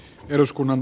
eduskunnan